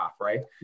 right